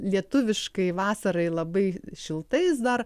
lietuviškai vasarai labai šiltais dar